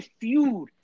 feud